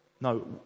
No